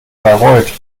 bayreuth